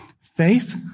faith